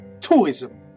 tourism